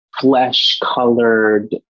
flesh-colored